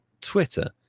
Twitter